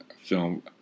film